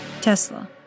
Tesla